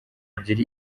ebyiri